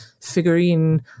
figurine